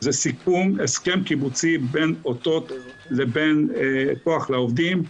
סיכום הסכם קיבוצי בין אותות לבין כח לעובדים,